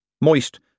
Moist